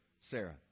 Sarah